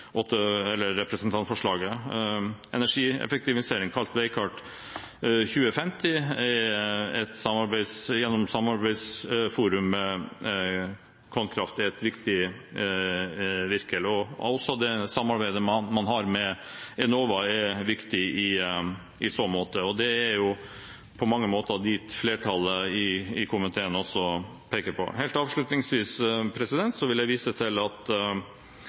representantforslaget, bl.a. gjennom prosjektet for energieffektivisering, kalt «Veikart 2050», gjennom samarbeidsforumet Konkraft. Det er viktig. Også det samarbeidet man har med Enova, er viktig, og det er jo på mange måter det flertallet i komiteen også peker på. Helt avslutningsvis vil jeg vise til at